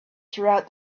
throughout